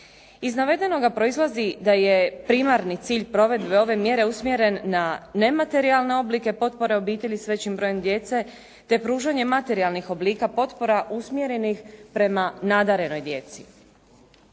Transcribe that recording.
Iz navedenoga proizlazi da je primarni cilj provedbe ove mjere usmjeren na nematerijalne oblike potpore obitelji s većim brojem djece te pružanje materijalnih oblika potpora usmjerenih prema nadarenoj djeci.